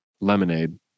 lemonade